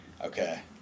Okay